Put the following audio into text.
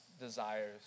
desires